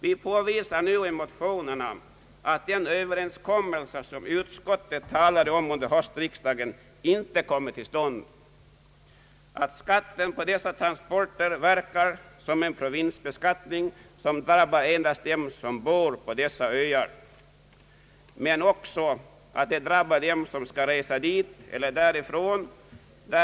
Vi påvisar i motionerna att den överenskommelse som utskottet talade om under höstriksdagen inte kommit till stånd samt att skatten på dessa transporter verkar som en provinsbeskattning vilken drabbar dem som bor på dessa öar och även dem som skall resa dit eller därifrån.